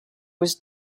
was